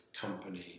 company